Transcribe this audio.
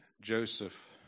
Joseph